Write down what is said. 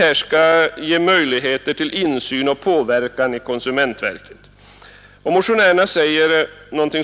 Avsikten är att åstadkomma insyn och påverkan i konsumentverket.